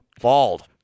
bald